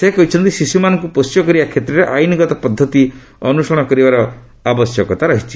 ସେ କହିଛନ୍ତି ଶିଶୁମାନଙ୍କୁ ପୋଷ୍ୟ କରିବା କ୍ଷେତ୍ରରେ ଆଇନଗତ ପଦ୍ଧତି ଅନ୍ଦସରଣ କରିବାର ଆବଶ୍ୟକତା ରହିଛି